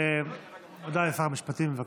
הודעה לשר המשפטים, בבקשה.